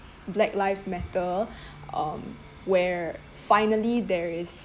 black lives matter um were finally there is